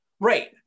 right